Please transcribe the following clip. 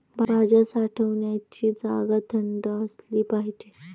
भाज्या साठवण्याची जागा थंड असली पाहिजे